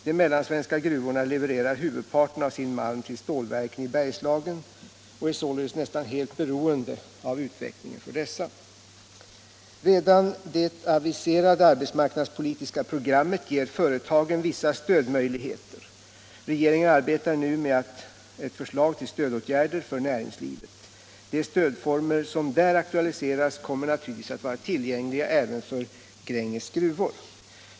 De mellansvenska gruvorna levererar huvudparten av sin malm till stålverken i Bergslagen och är således nästan helt beroende av utvecklingen för dessa. Redan det aviserade arbetsmarknadspolitiska programmet ger företagen — Nr 61 vissa stödmöjligheter. Regeringen arbetar nu med ett förslag till stöd Tisdagen den åtgärder för näringslivet. De stödformer som där aktualiseras kommer 1 februari 1977 naturligtvis att vara tillgängliga även för Gränges Gruvor.